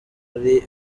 ari